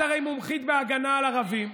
את הרי מומחית בהגנה על ערבים,